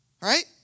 right